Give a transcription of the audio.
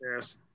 Yes